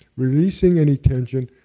releasing any tension.